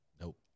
Nope